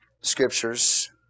Scriptures